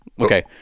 Okay